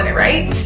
and right?